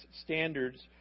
standards